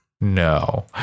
No